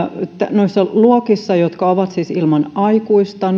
näissä luokissa jotka ovat ilman aikuista